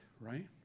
right